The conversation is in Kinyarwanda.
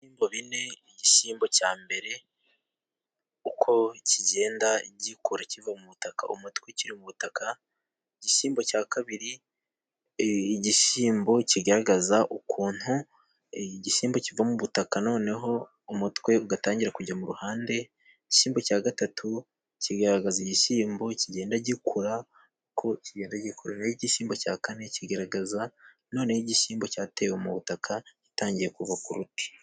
Ibishyimbo bine, igishyimbo cya mbere uko kigenda gikura kiva mu butaka, umutwe ukiri mu butaka. Igishyimbo cya kabiri ,igishyimbo kigaragaza ukuntu igishyimba kiva mu butaka noneho umutwe ugatangira kujya mu ruhande. Igishyimbo cya gatatu kigaragaza igishyimbo kigenda gikura, ku igishyimbo cya kane kigaragaza noneho ,igishyimbo cyatewe mu butaka gitangiye kuva ku ruti.